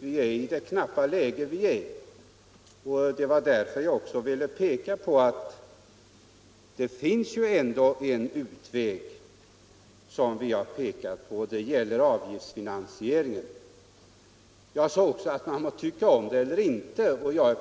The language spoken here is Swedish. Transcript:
i ett ekonomiskt ansträngt läge ville jag peka på att det ju ändå finns en utväg som vi från moderat håll har anvisat, nämligen avgiftsfinansieringen. Jag sade också att man kan tycka bra eller illa om den utvägen.